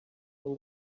from